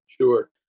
sure